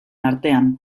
artean